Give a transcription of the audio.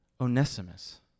Onesimus